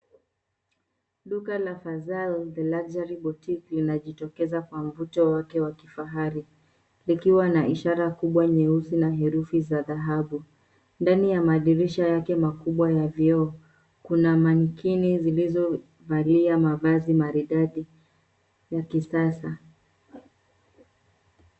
Duka la Fazal the luxury boutique inajitokeza kwa mvuto wake wa kifahari. Likiwa na ishara kubwa nyeusi na herufi za dhahabu. Ndani ya madirisha yake makubwa ya vioo, kuna manekini zilizovalia mavazi maridadi ya kisasa.